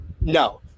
No